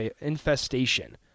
infestation